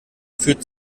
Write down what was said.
fühlt